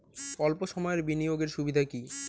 অল্প সময়ের বিনিয়োগ এর সুবিধা কি?